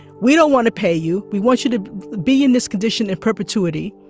we don't want to pay you. we want you to be in this condition in perpetuity,